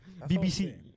bbc